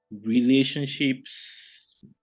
relationships